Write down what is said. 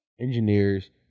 engineers